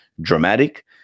dramatic